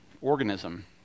organism